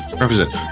represent